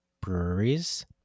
breweries